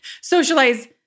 socialize